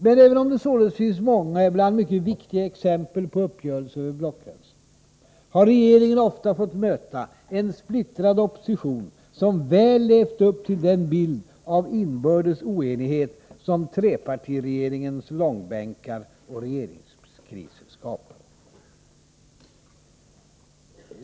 Men även om det således finns många, och ibland mycket viktiga, exempel på uppgörelse över blockgränsen, har regeringen ofta fått möta en splittrad opposition, som väl levat upp till den bild av inbördes oenighet som trepartiregeringarnas långbänkar och regeringskriser speglade.